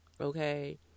okay